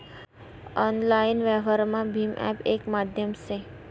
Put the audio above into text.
online व्यवहारमा भीम app येक माध्यम से